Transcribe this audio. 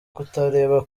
kutareba